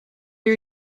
you